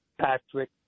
Patrick